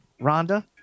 Rhonda